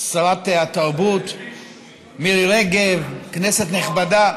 שרת התרבות מירי רגב, כנסת נכבדה,